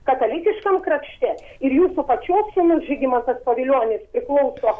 katalikiškam krašte ir jūsų pačios sūnus žygimantas pavilionis priklauso